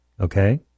okay